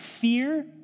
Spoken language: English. fear